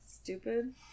Stupid